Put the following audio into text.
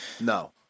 No